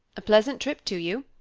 a pleasant trip to you,